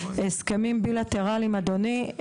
הסכמים בילטרליים אדוני,